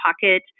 pocket